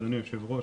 אדוני היושב-ראש.